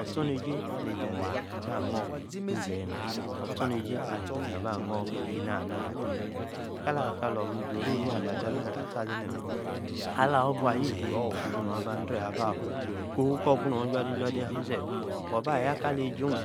Ostrnejie, ali-ze-zee aba, nnu, ijie-mme, ostornejie ali, ze-zee aba nuu, ne-na-haa, ni-oro, afa mme, yaa, ka-la-atam-iju-oro-oh-yi, ado astor, abena mme, alor, bua-ayi-ichui mme, wi-buu, noi aba, diee, aba-fuu, ko-huu, kor, buu-nor, ijua-de. ahie-sef. aba yaa-kale-jo-oh,